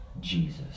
Jesus